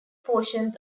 portions